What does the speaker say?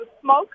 smoke